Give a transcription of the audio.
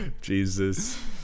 jesus